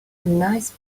nice